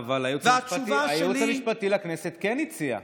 אבל הייעוץ המשפטי לכנסת כן הציע.